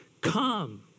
come